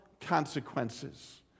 consequences